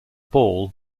ball